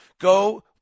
go